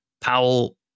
Powell